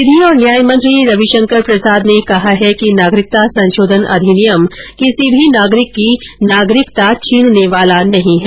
विधि और न्यायमंत्री रविशंकर प्रसाद ने कहा है कि नागरिकता संशोधन अधिनियम किसी भी नागरिक की नागरिकता छीनने वाला नहीं है